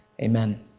Amen